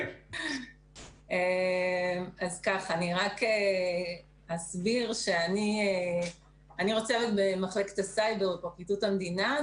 אני מוצבת במחלקת הסייבר בפרקליטות המדינה,